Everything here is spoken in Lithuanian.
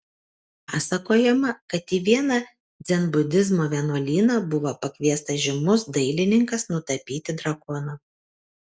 pasakojama kad į vieną dzenbudizmo vienuolyną buvo pakviestas žymus dailininkas nutapyti drakono